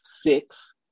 six